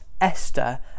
Esther